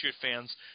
fans